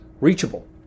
reachable